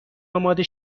آماده